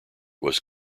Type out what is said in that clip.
was